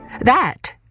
That